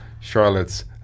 Charlotte's